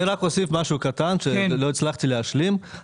אני רק אוסיף משהו קטן שלא הצלחתי להשלים.